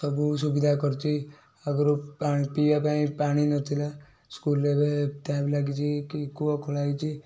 ଆଉ ବହୁତ ସୁବିଧା କରିଛି ଆଗରୁ ପିଇବା ପାଇଁ ପାଣି ନଥିଲା ସ୍କୁଲ୍ରେ ଏବେ ଟ୍ୟାପ୍ ଲାଗିଛି କି କୂଅ ଖୋଳା ହୋଇଛି